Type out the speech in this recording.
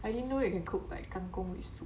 I didn't know you can cook like kang kong